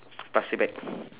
plastic bag